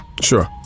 Sure